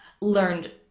learned